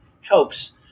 helps